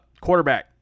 quarterback